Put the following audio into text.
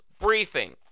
briefing